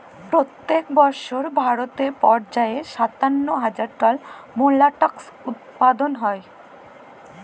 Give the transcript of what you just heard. পইত্তেক বসর ভারতে পর্যায়ে সাত্তান্ন হাজার টল মোলাস্কাস উৎপাদল হ্যয়